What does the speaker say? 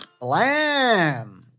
Lamb